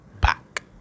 back